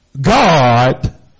God